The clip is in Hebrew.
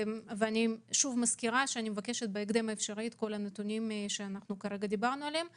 אני מבקשת את כל הנתונים שביקשנו במהלך הדיון,